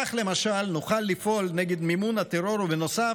כך למשל נוכל לפעול נגד מימון הטרור, ובנוסף,